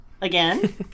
again